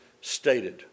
stated